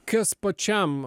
kas pačiam